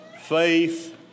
Faith